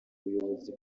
ubuyobozi